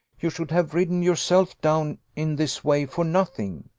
you should have ridden yourself down in this way for nothing.